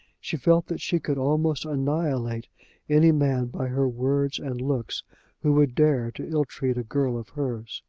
she felt that she could almost annihilate any man by her words and looks who would dare to ill-treat a girl of hers.